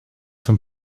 von